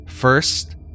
First